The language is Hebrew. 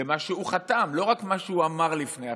למה שהוא חותם, לא רק למה שהוא אמר לפני הבחירות,